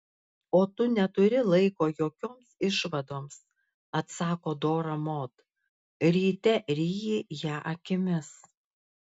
o tu neturi laiko jokioms išvadoms atsako dora mod ryte ryji ją akimis